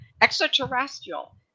Extraterrestrial